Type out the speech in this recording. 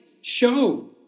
show